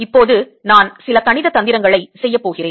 இப்போது நான் சில கணித தந்திரங்களை செய்யப் போகிறேன்